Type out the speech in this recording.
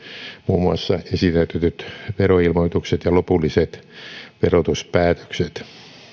muun muassa esitäytetyt veroilmoitukset ja lopulliset verotuspäätökset